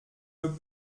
veux